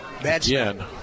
Again